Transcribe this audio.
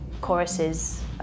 choruses